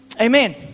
Amen